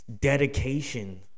Dedication